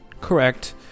Correct